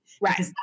Right